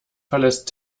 verlässt